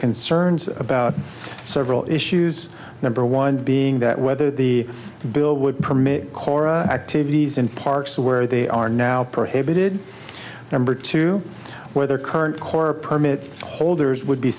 concerns about several issues number one being that whether the bill would permit kora activities in parks where they are now prohibited number two whether current corps permit holders would be